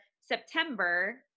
September